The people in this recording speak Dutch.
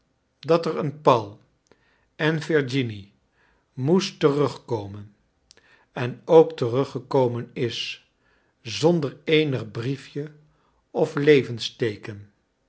dat er een j paul en virginie moest terugkomen j en ook teruggekomen is zonder eenig briefje of